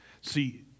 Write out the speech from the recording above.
See